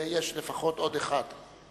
ויש לפחות עוד אחד.